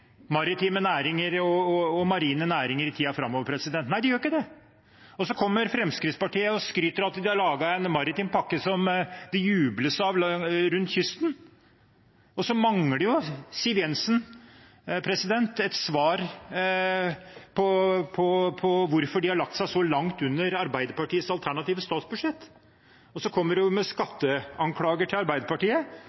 og -lagring, maritime næringer og marine næringer i tiden framover. Nei, de gjør ikke det. Så kommer Fremskrittspartiet og skryter av at de har laget en maritim pakke som det jubles over rundt kysten, men Siv Jensen mangler jo et svar på hvorfor de har lagt seg så langt under Arbeiderpartiets alternative statsbudsjett, og så kommer de med